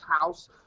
House